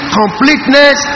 completeness